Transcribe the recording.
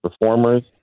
performers